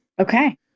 Okay